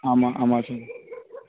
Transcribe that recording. ஆமாம் ஆமாம் வாட்ஸ்ஆப்பு